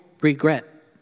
regret